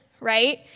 right